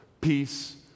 peace